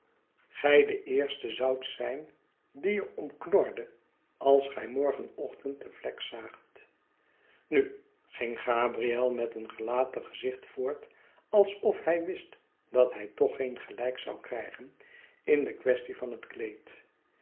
gij de eerste zoudt zijn die er om knorde als gij morgen ochtend de vlek zaagt nu ging gabriel met een gelaten gezicht voort alsof hij wist dat hij toch geen gelijk zou krijgen in de kwestie van het kleed